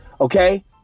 okay